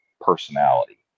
personality